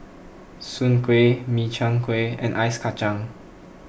Soon Kway Min Chiang Kueh and Ice Kachang